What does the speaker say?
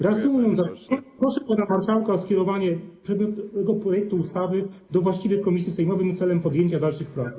Reasumując: proszę pana marszałka o skierowanie przedmiotowego projektu ustawy do właściwej komisji sejmowej celem podjęcia dalszych prac.